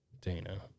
Dana